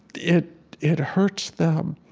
it it hurts them